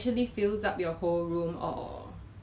oh okay good luck to you